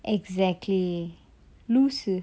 exactly